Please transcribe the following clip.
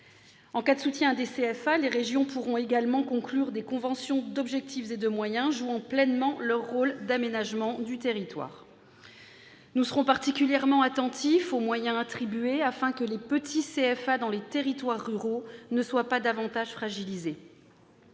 En cas de soutien à des CFA, les régions pourront également conclure des conventions d'objectifs et de moyens, jouant pleinement leur rôle d'aménagement du territoire. Nous serons particulièrement attentifs aux moyens attribués, afin que les petits CFA dans les territoires ruraux ne soient pas davantage fragilisés.